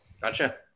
gotcha